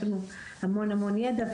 יש לנו המון המון ידע,